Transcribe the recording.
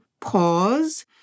pause